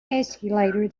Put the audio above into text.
escalator